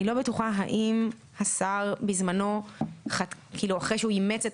אני לא בטוחה האם השר בזמנו אחרי שהוא אימץ את